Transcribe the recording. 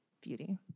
beauty